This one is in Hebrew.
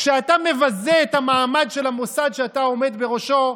כשאתה מבזה את המעמד של המוסד שאתה עומד בראשו,